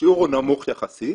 השיעור הוא נמוך יחסית,